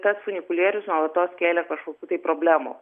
tas funikulierius nuolatos kėlė kažkokių tai problemų